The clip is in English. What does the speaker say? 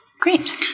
Great